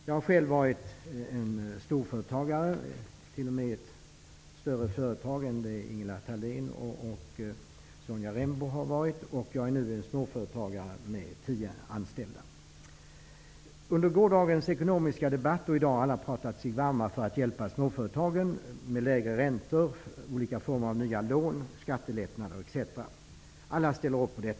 Jag har själv varit i ett större företag än de som Ingela Thalén och Sonja Rembo har erfarenhet från. Jag är nu småföretagare och har tio anställda. Under gårdagens ekonomiska debatt och i dag har alla pratat sig varma för att hjälpa småföretagen med lägre räntor, olika former av nya lån, skattelättnader, etc. Alla ställer upp på det.